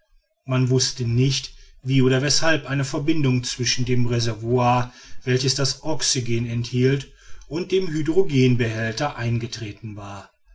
man wußte nicht wie oder weshalb eine verbindung zwischen dem reservoir welches das oxygen enthielt und dem hydrogenbehälter eingetreten war